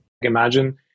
Imagine